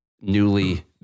newly